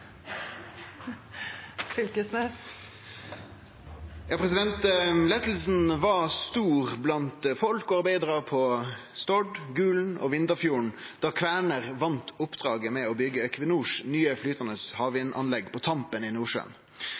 var stor blant folk og arbeidarar på Stord, i Gulen og i Vindafjord da Kværner vann oppdraget med å byggje Equinors nye flytande havvindanlegg på Tampen i Nordsjøen.